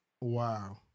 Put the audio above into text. Wow